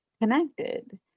connected